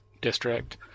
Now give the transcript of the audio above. district